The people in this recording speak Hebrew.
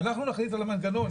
אנחנו נכריז על המנגנון.